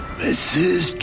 mrs